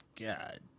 God